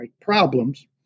problems